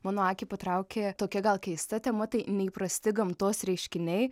mano akį patraukė tokia gal keista tema tai neįprasti gamtos reiškiniai